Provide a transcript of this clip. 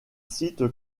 site